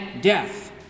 death